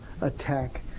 attack